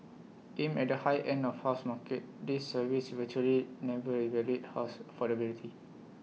aimed at the high end of housing market these surveys virtually never evaluate house affordability